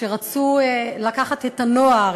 כשרצו לקחת את הנוער,